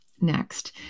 next